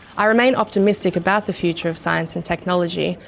i remain optimistic about the future of science and technology,